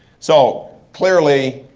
so clearly,